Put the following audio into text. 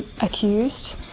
accused